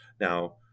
Now